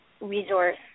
resource